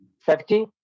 safety